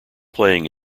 playing